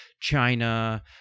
China